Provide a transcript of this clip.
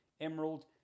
Emerald